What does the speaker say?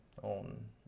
on